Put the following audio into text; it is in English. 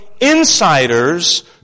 insiders